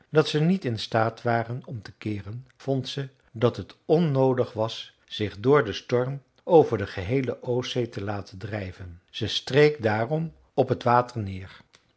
dat ze niet in staat waren om te keeren vond ze dat het onnoodig was zich door den storm over de geheele oostzee te laten drijven ze streek daarom op het water neer